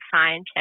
scientist